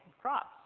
crops